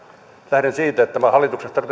lähden nimenomaan siitä että tämä hallituksen strateginen